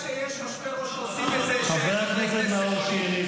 --- אתה יודע שיש יושב-ראש שעושים את זה --- חבר הכנסת נאור שירי,